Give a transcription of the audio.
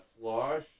slosh